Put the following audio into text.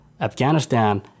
Afghanistan